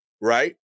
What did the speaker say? Right